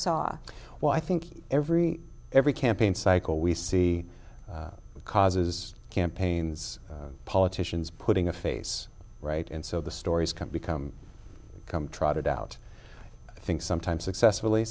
saw well i think every every campaign cycle we see causes campaigns politicians putting a face right and so the stories come become come trotted out i think sometimes successfully